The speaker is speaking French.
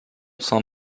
sans